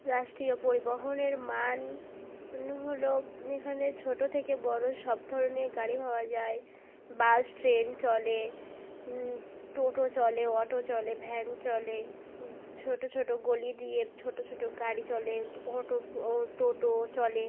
রাষ্ট্রীয় পরিবহনের মান উনো হলো এখানে ছোটো থেকে বড়ো সব ধরনের গাড়ি পাওয়া যায় বাস ট্রেন চলে টোটো চলে অটো চলে ভ্যান চলে ছোটো ছোটো গলি দিয়ে ছোটো ছোটো গাড়ি চলে অটো ও টোটোও চলে